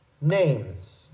names